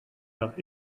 nach